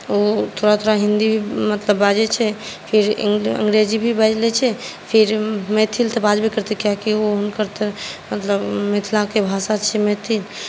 ओ थोड़ा थोड़ा हिन्दी मतलब बाजै छै फिर अङ्ग्रेजी भी बाजि लै छै फिर मैथिली तऽबाजबे करतै कियाक तऽहुनकर तऽमिथिलाकेँ भाषा छै मैथिल